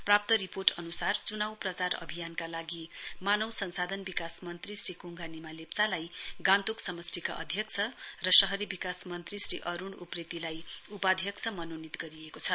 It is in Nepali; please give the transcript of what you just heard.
प्राप्त जानकारी अनुसार चुनाउ प्रचार अभियानका लागि मानव संसाधन विकास मन्त्री श्री कुंगा निमा लेप्चालाई गान्तेक समष्टिका अध्यक्ष र शहरी विकास मन्त्री श्री अरूण उप्रेतीलाई उपाध्यक्ष मनोनित गरिएको छ